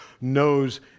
knows